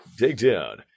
Takedown